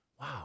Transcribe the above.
wow